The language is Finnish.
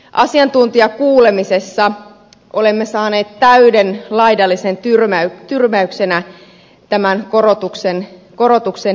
asiantuntijakuulemisessa olemme saaneet täyden laidallisen tyrmäyksenä tämän korotuksen edestä